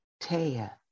Taya